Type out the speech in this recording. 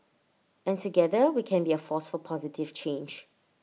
and together we can be A force for positive change